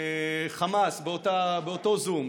מייצר ריאיון עם חמאס באותו זום,